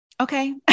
Okay